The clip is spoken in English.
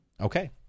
Okay